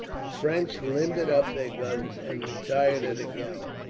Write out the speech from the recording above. the french limbered up their guns and retired at a gallop.